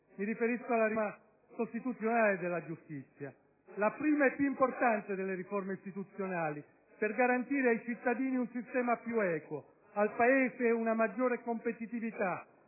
Mi riferisco alla riforma costituzionale della giustizia: la prima e più importante delle riforme istituzionali, per garantire ai cittadini un sistema più equo, al Paese una maggiore competitività,